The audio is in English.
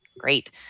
Great